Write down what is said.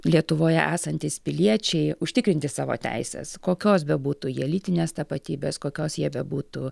lietuvoje esantys piliečiai užtikrinti savo teises kokios bebūtų jie lytinės tapatybės kokios jie bebūtų